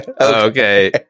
Okay